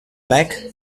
bec